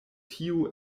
tiu